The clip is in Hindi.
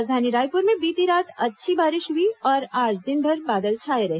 राजधानी रायपूर में बीती रात अच्छी बारिश हुई और आज दिनभर बादल छाए रहे